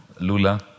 Lula